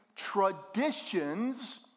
traditions